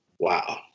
wow